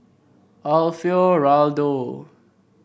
Alfio Raldo